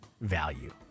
value